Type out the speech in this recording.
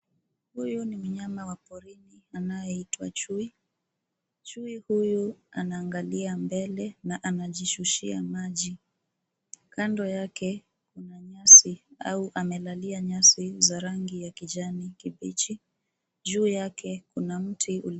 Huyu ni mnyama wa porini anayeitwa chui. Chui huyu anaangalia mbele na anajishushia maji. Kando yake kuna nyasi au amelalia nyasi za rangi ya kijani kibichi. Juu yake kuna mti.